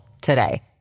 today